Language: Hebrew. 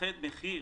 ייתכן מחיר,